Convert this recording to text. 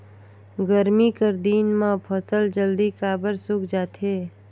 गरमी कर दिन म फसल जल्दी काबर सूख जाथे?